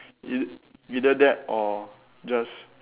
E~ either that or just